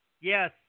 Yes